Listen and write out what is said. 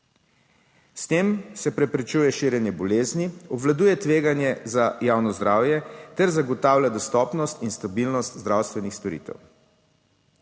S tem se preprečuje širjenje bolezni, obvladuje tveganje za javno zdravje ter zagotavlja dostopnost in stabilnost zdravstvenih storitev.